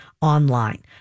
online